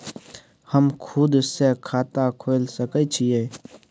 हम खुद से खाता खोल सके छीयै?